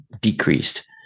decreased